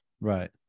Right